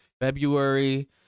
February